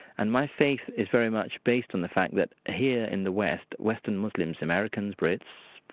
and my faith is very much based on the fact that here in the west, western muslims americans, brits,